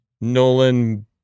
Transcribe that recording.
Nolan